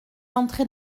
entrée